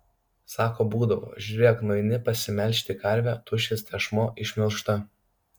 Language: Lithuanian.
sako būdavo žiūrėk nueini pasimelžti karvę tuščias tešmuo išmelžta